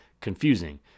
confusing